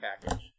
package